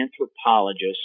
anthropologists